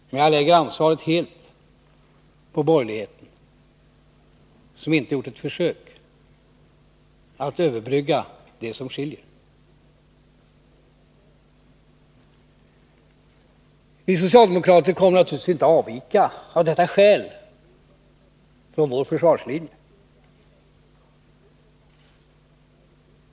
Men jag lägger helt ansvaret på borgerligheten, som inte gjort ett försök att överbrygga det som skiljer. Vi socialdemokrater kommer naturligtvis av detta skäl inte att avvika från vår försvarslinje.